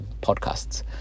podcasts